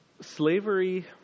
Slavery